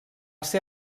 ser